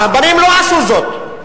הרבנים לא עשו זאת,